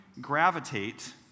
gravitate